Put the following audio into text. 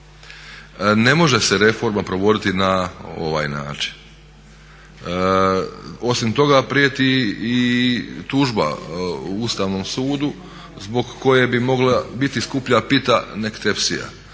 Ne može se reforma provoditi na ovaj način. Osim toga prijeti i tužba Ustavnom sudu zbog koje bi mogla biti skuplja pita nek tepsija.